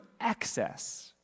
excess